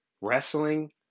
wrestling